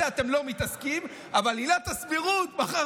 בזה אתם לא מתעסקים, אבל עילת הסבירות, מחר